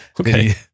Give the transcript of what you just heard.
okay